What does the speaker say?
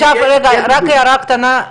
רק הערה קטנה,